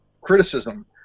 criticism